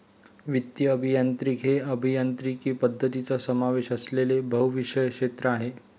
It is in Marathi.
वित्तीय अभियांत्रिकी हे अभियांत्रिकी पद्धतींचा समावेश असलेले बहुविषय क्षेत्र आहे